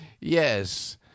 yes